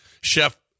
Chef